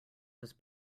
was